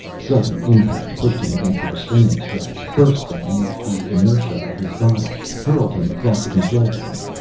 sudden impact pushed him against the restraining straps, burst them with the inertia of his body, hurled him across the control room.